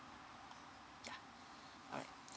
yeah alright